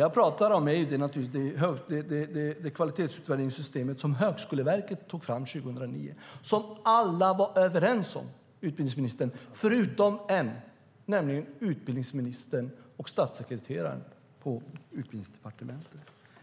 Jag pratar naturligtvis om det kvalitetsutvärderingssystem som Högskoleverket tog fram 2009 som alla var överens om, utom utbildningsministern och statssekreteraren på Utbildningsdepartementet.